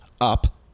up